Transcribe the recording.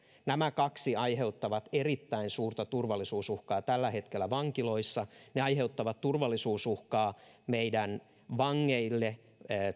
nämä kaksi aiheuttavat erittäin suurta turvallisuusuhkaa tällä hetkellä vankiloissa ne aiheuttavat turvallisuusuhkaa meidän vangeille